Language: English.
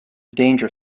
danger